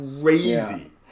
crazy